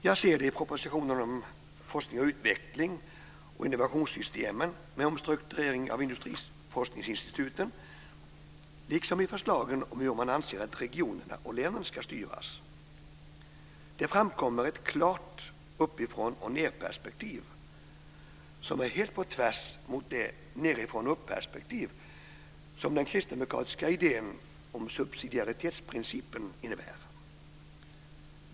Jag ser det i propositionen om forskning och utveckling och innovationssystemen med omstruktureringen av industriforskningsinstituten liksom i förslagen om hur man anser att regionerna och länen ska styras. Det framkommer ett klart uppifrån-och-ned-perspektiv som är helt på tvärs mot det nedifrån-och-uppperspektiv som den kristdemokratiska idén om subsidiaritetsprincipen innebär.